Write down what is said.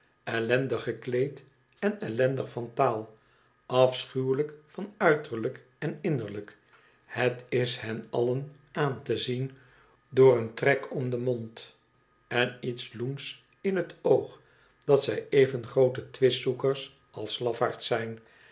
ellendig gekleed en ellendig van taal afschuwelijk van uiterlijk en innerlijk het is hen allen aan te zien door een trek om den mond en iets loensob in het oog dat zij even groote twistzoekers als lafaards zijn